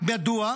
מדוע?